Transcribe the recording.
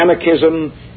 anarchism